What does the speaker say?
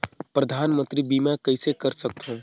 परधानमंतरी बीमा कइसे कर सकथव?